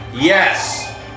Yes